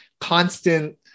constant